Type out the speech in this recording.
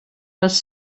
les